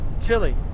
Chili